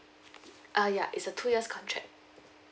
uh ya it's a two years contract